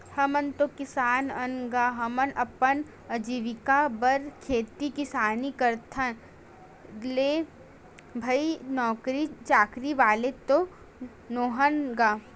हमन तो किसान अन गा, हमन अपन अजीविका बर खेती किसानी करथन रे भई नौकरी चाकरी वाले तो नोहन गा